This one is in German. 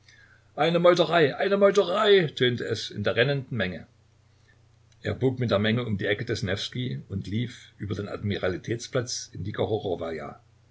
eine meuterei eine meuterei tönte es in der rennenden menge er bog mit der menge um die ecke des newskij und lief über den admiralitätsplatz in die